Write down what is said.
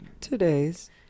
today's